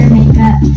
makeup